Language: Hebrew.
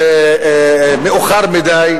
ומאוחר מדי,